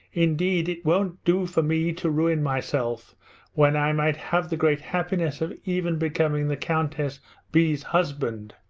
indeed it won't do for me to ruin myself when i might have the great happiness of even becoming the countess b s husband,